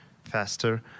Faster